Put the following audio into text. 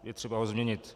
Je třeba ho změnit.